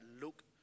look